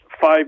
five